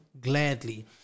gladly